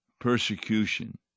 persecution